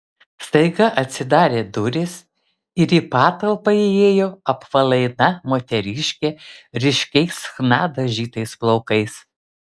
staiga atsidarė durys ir į patalpą įėjo apvalaina moteriškė ryškiais chna dažytais plaukais